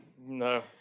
No